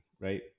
right